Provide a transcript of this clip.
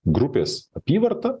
grupės apyvarta